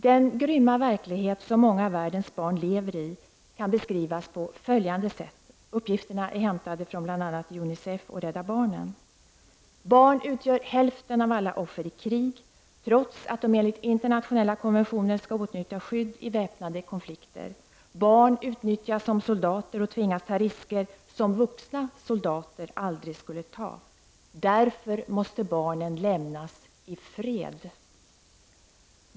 Den grymma verklighet som många av världens barn lever i kan beskrivas på följande sätt, uppgifterna är hämtade från bl.a. UNICEF och Rädda barnen: — Barn utgör hälften av alla offer i krig, trots att de enligt internationella konventioner skall åtnjuta skydd i väpnade konflikter. Barn utnyttjas som soldater och tvingas ta risker som vuxna soldater aldrig skulle ta. Därför måste barnen lämnas — i fred.